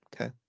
Okay